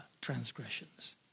transgressions